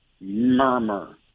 murmur